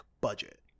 budget